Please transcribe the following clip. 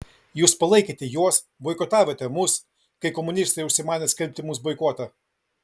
jūs palaikėte juos boikotavote mus kai komunistai užsimanė skelbti mums boikotą